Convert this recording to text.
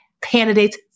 candidates